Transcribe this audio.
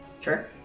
Sure